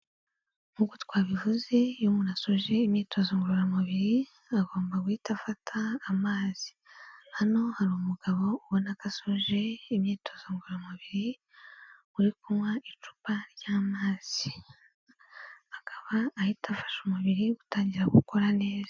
Nk'uko twabivuze iyo umuntu asoje imyitozo ngororamubiri agomba guhita afata amazi, hano hari umugabo ubona ko asoje imyitozo ngororamubiri uri kunywa icupa ry'amazi, akaba ahita afasha umubiri gutangira gukora neza.